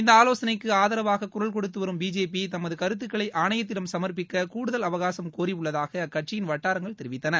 இந்த ஆலோசனைக்கு ஆதரவாக குரல் கொடுத்துவரும் பிஜேபி தமது கருத்துக்களை ஆணையத்திடம் சமாப்பிக்க கூடுதல் அவகாசம் கோரியுள்ளதாக அக்கட்சியின் வட்டாரங்கள் தெரிவித்தன